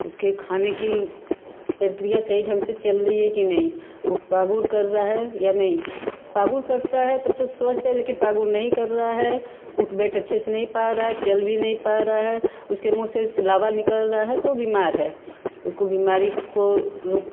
उसके खाने की प्रक्रिया सही ढंग से चल रही है कि नहीं वो पागुर कर रहा है या नहीं पागुर करता है तब तो स्वस्थ है लेकिन नहीं कर रहा है उठ बैठ अच्छे से नहीं पा रहा है चल भी नहीं पा रहा है उसके मुँह से स्लावा निकल रहा है तो वो बीमार है उसको बीमारी को